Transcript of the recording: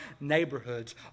neighborhoods